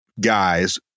guys